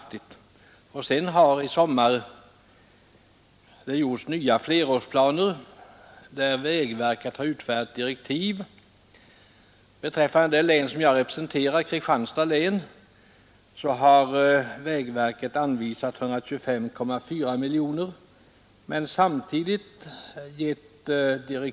Sedan riksdagen fattat beslut och därmed givit sitt bifall till departementschefens uttalande och trafikutskottets med anledning av statsverkspropositionen avgivna betänkande har nya flerårsplaner för väginvesteringar utarbetats. Enligt gällande författningar har vägverket dels tilldelat länen kostnadsramar, inom vilka länsmyndigheterna måste begränsa sin planering, dels också givit vissa direktiv för planernas utförande. Kostnadsramen för byggande av riksvägar har härvid för Kristianstads län angivits till 125,4 miljoner kronor för hela flerårsplaneperioden 1973—1977.